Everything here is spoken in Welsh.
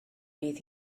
bydd